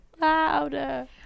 Louder